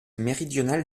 méridional